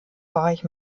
bereich